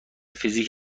فیزیک